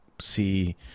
see